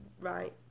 right